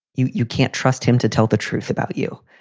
you you can't trust him to tell the truth about you.